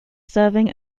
serving